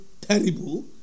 terrible